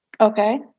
Okay